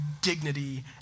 dignity